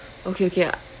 okay okay